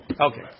Okay